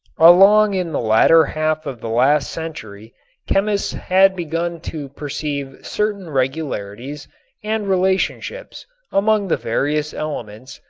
along in the latter half of the last century chemists had begun to perceive certain regularities and relationships among the various elements,